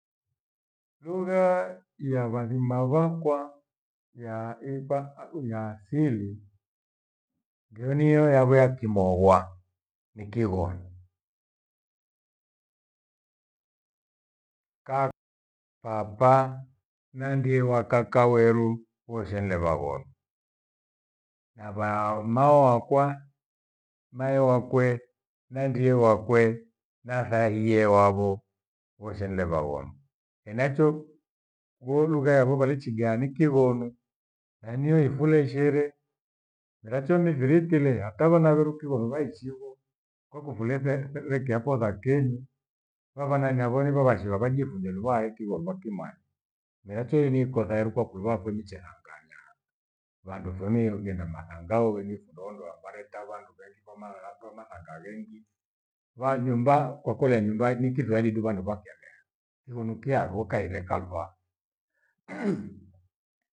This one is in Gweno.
Lugha ya vyandima vyakwa ya asili ndio niyo yavo ya kimoghwa ni kighonu. Kaka, papa na ndiye wa kaka weru voshe nirwe waghonu. Na vya mao wakwa mae wakwe na ndie wakwe nathaiye wavo woshe nile vaghonu. Henaicho wolugha yavo kwalichighea ni kighonu. Haniwe ifure ishere miracho mifiri etirina hata vanu veru kighonu vaichivo. Wakuvulethe wekeafo zakenyi kwavana nyavo niva vashighwa vajifunze lugha hii ya kighonu wakimanye. Miracho ini kwathaeruka kwiva kwemiche nanganya, vandu thomie ukienda mathangau uvifundue ondoa mbare tha wandu veichikoma mirachoo mathanga vingi. Vavyumbaa kokolea nyumba nikiswahili tu vandu vakiongea ighunukea aghoka ireka luvaa